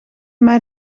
mij